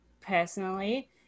personally